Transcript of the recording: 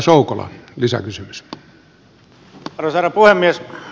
arvoisa herra puhemies